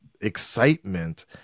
excitement